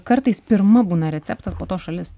kartais pirma būna receptas po to šalis